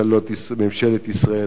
ממשלת ישראל,